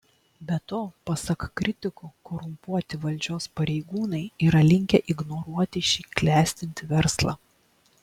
be to pasak kritikų korumpuoti valdžios pareigūnai yra linkę ignoruoti šį klestintį verslą